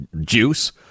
juice